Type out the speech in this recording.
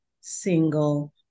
single